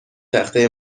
تخته